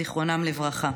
זיכרונם לברכה.